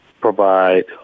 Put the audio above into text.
provide